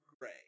gray